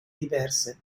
diverse